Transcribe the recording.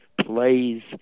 plays